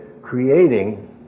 creating